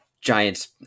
Giants